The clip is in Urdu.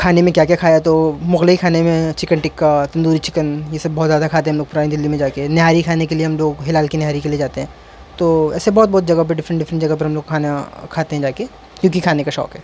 کھانے میں کیا کیا کھایا تو مغلئی کھانے میں چکن ٹکا تندوری چکن یہ سب بہت زیادہ کھاتے ہم لو پرانی دلی میں جا کے نہاری کانے کے لیے ہم لوگ ہلال کی نہاری کے لیے جاتے ہیں تو ایسے بہت بہت جگہ ڈفرینٹ ڈفرنٹ جگہ پر ہم لوگ کھانا کھاتے ہیں جا کے کیونکہ کھانے کا شوق ہے